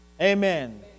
Amen